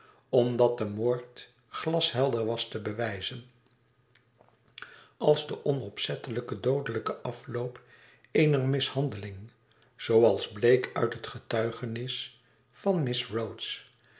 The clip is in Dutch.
omdat de moord glashelder was te bewijzen als de onopzettelijke doodelijke afloop eener mishandeling zooals bleek uit het getuigenis van miss